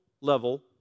level